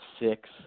six